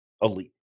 elite